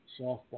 softball